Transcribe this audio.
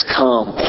come